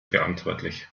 verantwortlich